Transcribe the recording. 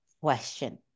question